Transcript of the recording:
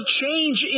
change